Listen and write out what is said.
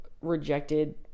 rejected